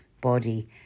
body